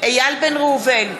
איל בן ראובן,